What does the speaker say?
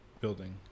building